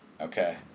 okay